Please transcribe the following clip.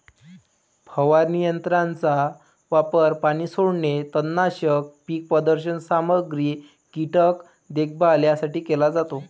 फवारणी यंत्राचा वापर पाणी सोडणे, तणनाशक, पीक प्रदर्शन सामग्री, कीटक देखभाल यासाठी केला जातो